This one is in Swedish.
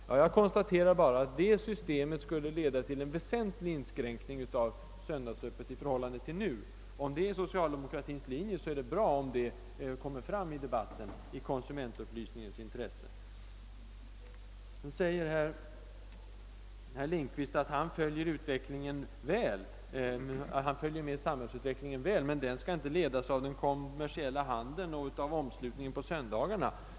Jag konstaterar bara att det systemet skulle leda till en väsentlig inskränkning av söndagsöppethållandet jämfört med vad som nu är fallet. Om detta är socialdemokraternas linje är det bra om det kommer fram i debatten, i konsumentinformationens intresse. Herr Lindkvist säger att han följer med samhällsutvecklingen väl, men att den inte skall ledas av den kommersiella handeln och av omslutningen på söndagarna.